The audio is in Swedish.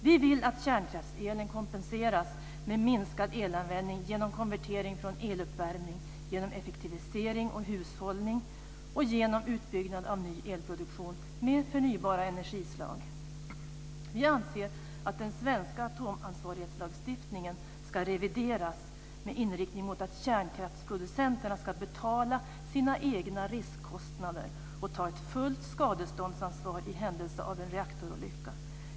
Vi vill att kärnkraftselen kompenseras med minskad elanvändning genom konvertering från eluppvärmning, genom effektivisering och hushållning och genom utbyggnad av ny elproduktion med förnybara energislag. Vi anser att den svenska atomansvarighetslagstiftningen ska revideras med inriktning mot att kärnkraftsproducenterna ska betala sina egna riskkostnader och ta ett fullt skadeståndsansvar i händelse av en reaktorolycka.